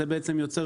יוצר